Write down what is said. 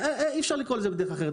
אי-אפשר לקרוא לזה בדרך אחרת.